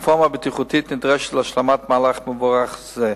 הרפורמה הביטוחית נדרשת להשלמת מהלך מבורך זה.